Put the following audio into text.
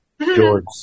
George